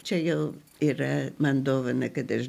čia jau yra man dovana kad aš